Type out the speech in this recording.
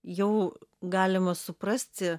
jau galima suprasti